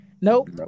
Nope